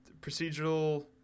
procedural